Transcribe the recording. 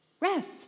Rest